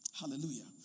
Hallelujah